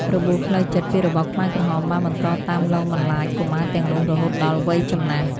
របួសផ្លូវចិត្ត ពីរបបខ្មែរក្រហមបានបន្តតាមលងបន្លាចកុមារទាំងនោះរហូតដល់វ័យចំណាស់។